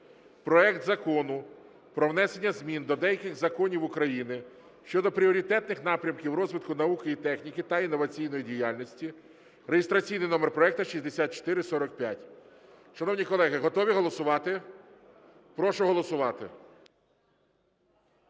проект Закону про внесення змін до деяких законів України щодо пріоритетних напрямків розвитку науки і техніки та інноваційної діяльності (реєстраційний номер проекту 6445). Шановні колеги, готові голосувати? Прошу голосувати.